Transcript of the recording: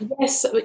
yes